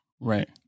right